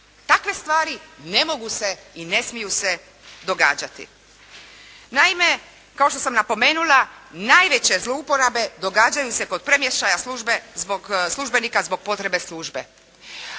Takve stvari ne mogu se i ne smiju se događati. Naime, kao što sam napomenula, najveće zlouporabe događaju se kod premještaja službe zbog službenika, zbog potrebe službe.